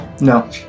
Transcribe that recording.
no